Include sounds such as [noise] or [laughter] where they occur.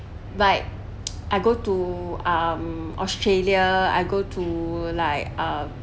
like [noise] I go to um australia I go to like uh